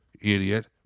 idiot